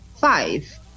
five